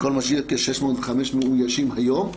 הכל משאיר כ-650 מאוישים היום.